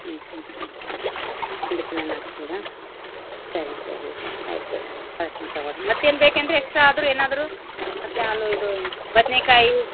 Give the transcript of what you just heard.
ಹ್ಞೂ ಹ್ಞೂ ಹ್ಞೂ ಹ್ಞೂ ಪುಂಡಿಪಲ್ಲೆನೂ ಹಾಕ್ಬೋದಾ ಸರಿ ಸರಿ ರೀ ಆಯಿತು ಹಾಕ್ತೀನಿ ತಗೋ ರಿ ಮತ್ತೇನು ಬೇಕೇನು ರಿ ಎಕ್ಸ್ಟ್ರಾ ಆದರೂ ಏನಾದರೂ ಮತ್ತು ಆಲೂ ಇದು ಬದನೆಕಾಯಿ